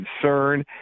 concern